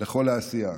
לכל העשייה.